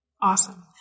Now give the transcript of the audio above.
Awesome